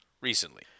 recently